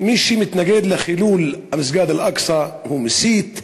מי שמתנגד לחילול מסגד אל-אקצא הוא מסית,